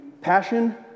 passion